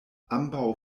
ambaŭ